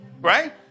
right